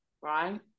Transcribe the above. right